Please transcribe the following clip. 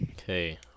Okay